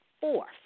fourth